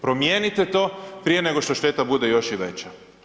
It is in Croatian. Promijenite to prije nego što šteta bude još i veća.